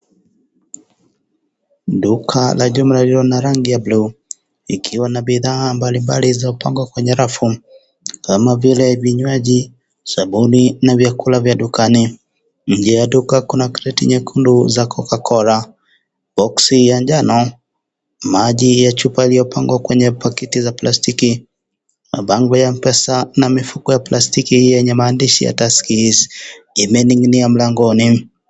Duka la jumla lililo na rangi ya blue , likiwa na bidhaa mbali mbali zilizopangwa kwenye rafu, kama vile vinywaji, sabuni, na vyakula vya dukani, nje ya duka kuna kreti nyekundu za cocacola , boxi ya njano, maji ya chupa yaliyo pangwa kwenye pakiti za plastiki, mabango ya pesa, na mifuko ya plastiki yenye maandishi ya taskis , imeninginia mlangoni.